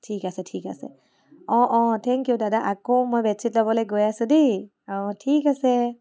ঠিক আছে ঠিক আছে অ' অ' থেংক ইউ দাদা আকৌ মই বেডশ্বিট ল'বলৈ গৈ আছো দেই অ' ঠিক আছে